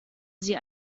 sie